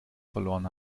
verloren